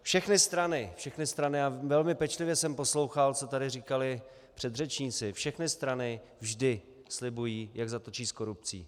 Všechny strany, všechny strany, a velmi pečlivě jsem poslouchal, co tady říkali předřečníci, všechny strany vždy slibují, jak zatočí s korupcí.